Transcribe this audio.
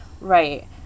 right